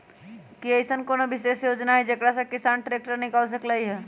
कि अईसन कोनो विशेष योजना हई जेकरा से किसान ट्रैक्टर निकाल सकलई ह?